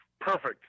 perfect